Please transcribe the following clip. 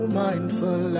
mindful